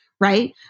right